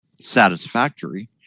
satisfactory